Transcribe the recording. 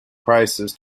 prices